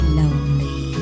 lonely